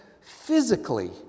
physically